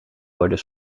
worden